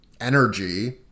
energy